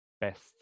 best